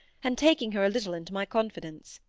and taking her a little into my confidence.